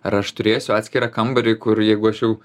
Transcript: ar aš turėsiu atskirą kambarį kur jeigu aš jau